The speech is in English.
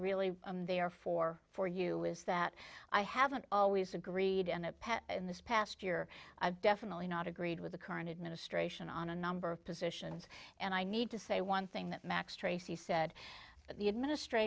really therefore for you is that i haven't always agreed and a pet in this past year i've definitely not agreed with the current administration on a number of positions and i need to say one thing that max tracy said that the administr